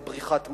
על בריחת מוחות,